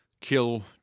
kill